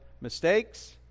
mistakes